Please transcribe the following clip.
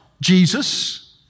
Jesus